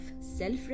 self